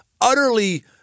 utterly